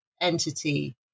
entity